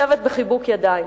לשבת בחיבוק ידיים.